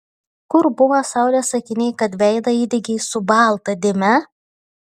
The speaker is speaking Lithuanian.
kur buvo saulės akiniai kad veidą įdegei su balta dėme